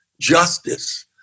justice